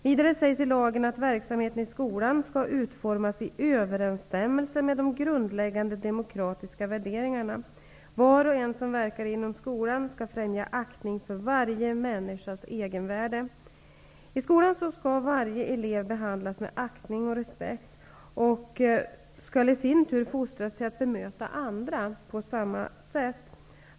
Vidare sägs i lagen att ''verksamheten i skolan skall utformas i överensstämmelse med grundläggande demokratiska värderingar. Var och en som verkar inom skolan skall främja aktning för varje människas egenvärde -.'' I skolan skall varje elev behandlas med aktning och respekt och skall i sin tur fostras till att bemöta andra på samma sätt.